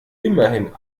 immerhin